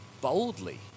boldly